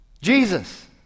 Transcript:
Jesus